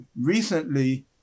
Recently